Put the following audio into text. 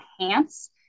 enhance